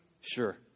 Sure